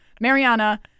Mariana